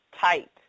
tight